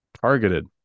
targeted